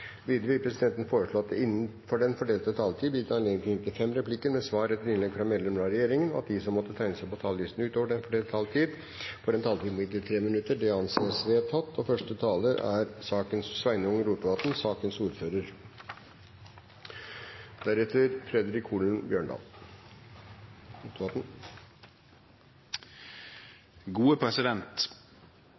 vil videre foreslå at det innenfor den fordelte taletid vil bli gitt anledning til inntil fem replikker med svar etter innlegg fra medlemmer av regjeringen, og at de som måtte tegne seg på talerlisten utover den fordelte taletid, får en taletid på inntil 3 minutter. – Det anses vedtatt. Første taler er